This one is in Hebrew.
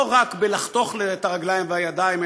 לא רק בלחתוך את הרגליים והידיים,